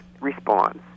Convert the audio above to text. response